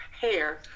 hair